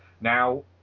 Now